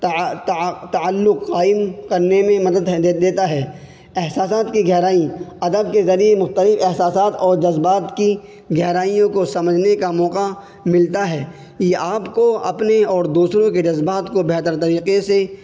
تعلق قائم قرنے میں مدد دیتا ہے احساسات کی گہرائی ادب کے ذریعے مختلف احساسات اور جذبات کی گہرائیوں کو سمجھنے کا موقع ملتا ہے یہ آپ کو اپنی اور دوسروں کے جذبات کو بہتر طریقے سے